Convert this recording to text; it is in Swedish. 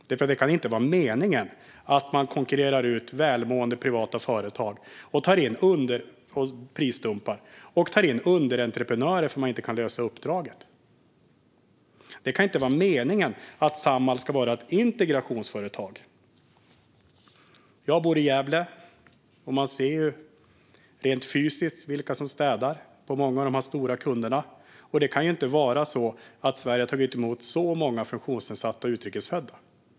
Det kan inte vara meningen att man konkurrerar ut välmående privata företag, prisdumpar och tar in underentreprenörer därför att man inte kan lösa uppdraget. Det kan inte heller vara meningen att Samhall ska vara ett integrationsföretag. Jag bor i Gävle, och man ser ju rent fysiskt vilka som städar hos många av de stora kunderna. Det kan inte vara så att Sverige har tagit emot så många funktionsnedsatta utrikes födda.